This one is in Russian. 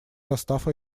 состав